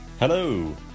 Hello